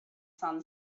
sun